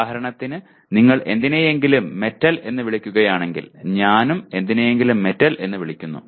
ഉദാഹരണത്തിന് നിങ്ങൾ എന്തിനെയെങ്കിലും മെറ്റൽ എന്ന് വിളിക്കുകയാണെങ്കിൽ ഞാനും എന്തിനെയെങ്കിലും മെറ്റൽ എന്ന് വിളിക്കുന്നു